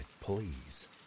please